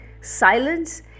silence